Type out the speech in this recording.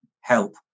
help